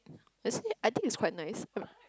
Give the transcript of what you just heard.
isn't it I think is quite nice